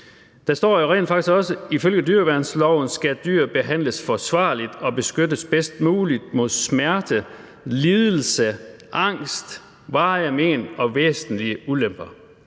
Der står jo rent faktisk også, at ifølge dyreværnsloven skal dyr behandles forsvarligt og beskyttes bedst muligt mod smerte, lidelse, angst, varige men og væsentlige ulemper.